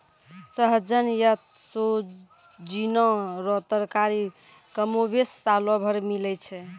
सहजन या सोजीना रो तरकारी कमोबेश सालो भर मिलै छै